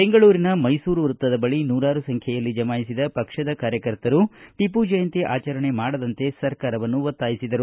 ಬೆಂಗಳೂರಿನ ಮೈಸೂರು ವೃತ್ತದ ಬಳಿ ನೂರಾರು ಸಂಖ್ಯೆಯಲ್ಲಿ ಜಮಾಯಿಸಿದ ಪಕ್ಷದ ಕಾರ್ಯಕರ್ತರು ಟಿಪ್ಪು ಜಯಂತಿ ಆಚರಣೆ ಮಾಡದಂತೆ ಸರ್ಕಾರವನ್ನು ಒತ್ತಾಯಿಸಿದರು